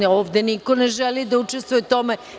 Ovde niko ne želi da učestvuje u tome.